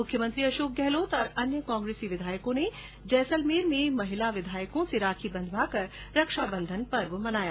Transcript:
मुख्यमंत्री अशोक गहलोत और अन्य कांग्रेसी विधायकों ने जैसलमेर में महिला विधायकों से राखी बंधवा कर रक्षाबंधन का पर्व मनाया